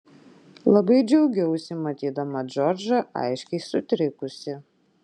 labai džiaugiausi matydama džordžą aiškiai sutrikusį